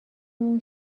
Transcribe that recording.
اون